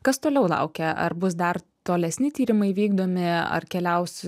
kas toliau laukia ar bus dar tolesni tyrimai vykdomi ar keliaus